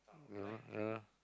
you don't ya